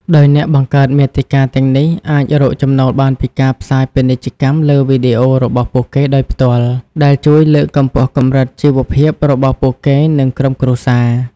ដោយអ្នកបង្កើតមាតិកាទាំងនេះអាច រកចំណូលបានពីការផ្សាយពាណិជ្ជកម្មលើវីដេអូរបស់ពួកគេដោយផ្ទាល់ ដែលជួយលើកកម្ពស់កម្រិតជីវភាពរបស់ពួកគេ និងក្រុមគ្រួសារ។